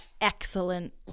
excellent